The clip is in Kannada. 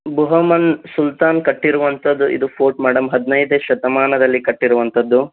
ಬಹಮನ್ ಸುಲ್ತಾನ್ ಕಟ್ಟಿರುವಂಥದ್ದು ಇದು ಫೋರ್ಟ್ ಮೇಡಮ್ ಹದಿನೈದನೇ ಶತಮಾನದಲ್ಲಿ ಕಟ್ಟಿರುವಂಥದ್ದು